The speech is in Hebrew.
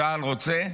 צה"ל רוצה,